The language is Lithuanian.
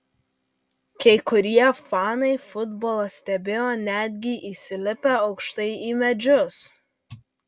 kai kurie fanai futbolą stebėjo netgi įsilipę aukštai į medžius